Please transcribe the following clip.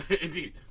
Indeed